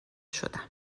شدم